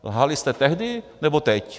Lhali jste tehdy, nebo teď?